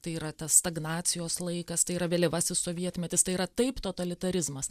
tai yra tas stagnacijos laikas tai yra vėlyvasis sovietmetis tai yra taip totalitarizmas